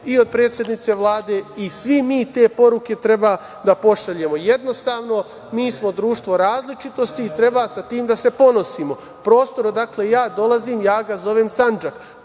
i od predsednice Vlade, i svi mi te poruke treba da pošaljemo. Jednostavno, mi smo društvo različitosti i treba sa tim da se ponosimo. Prostor odakle ja dolazim, ja ga zovem Sandžak,